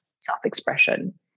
self-expression